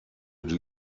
die